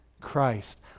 Christ